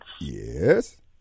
Yes